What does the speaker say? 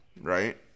right